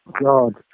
God